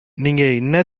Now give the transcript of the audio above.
நீங்க